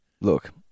Look